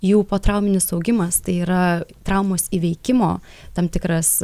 jų potrauminis augimas tai yra traumos įveikimo tam tikras